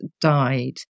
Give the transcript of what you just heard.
died